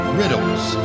riddles